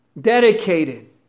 dedicated